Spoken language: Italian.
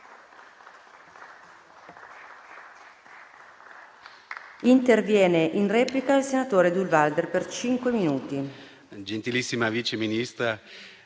Grazie